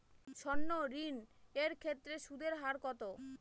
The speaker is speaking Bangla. সর্ণ ঋণ এর ক্ষেত্রে সুদ এর হার কত?